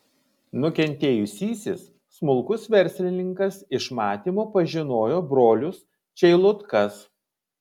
nukentėjusysis smulkus verslininkas iš matymo pažinojo brolius čeilutkas